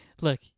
look